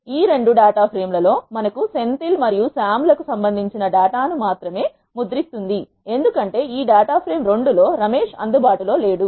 ఈ రెండు data frame లలో మనకు సెంథిల్ మరియు సామ్ లకు సంబంధించిన డేటాను మాత్రమే ముద్రిస్తుంది ఎందుకంటే ఈ డేటా ఫ్రేమ్ 2 లో రమేశ్ అందుబాటులో లేడు